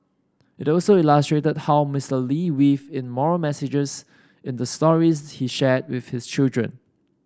it also illustrated how Mister Lee weaved in moral messages in the stories he shared with his children